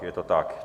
Je to tak.